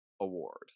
award